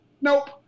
Nope